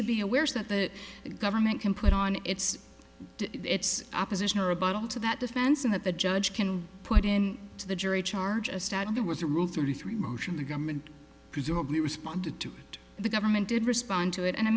to be aware is that the government can put on its its opposition or a bottle to that defense and that the judge can put in to the jury charge a status there was a rule thirty three motion the government presumably responded to the government did respond to it and i